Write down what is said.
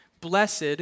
Blessed